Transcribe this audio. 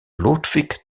ludwig